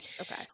Okay